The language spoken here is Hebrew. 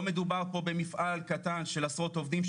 לא מדובר פה במפעל קטן של עשרות עובדים,